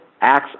acts